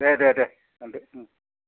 दे दे दे दान्दो